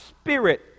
spirit